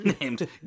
named